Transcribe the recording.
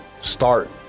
start